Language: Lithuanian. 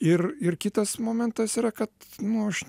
ir ir kitas momentas yra kad nu aš